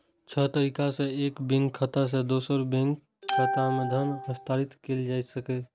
छह तरीका सं एक बैंक खाता सं दोसर बैंक खाता मे धन हस्तांतरण कैल जा सकैए